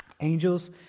Angels